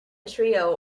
trio